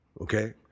Okay